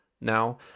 Now